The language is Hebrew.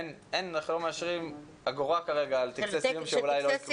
אין ולא מאשרים אגורה כרגע על טקסי סיום שאולי לא יקרו.